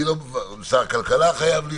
שר כלכלה חייב להיות.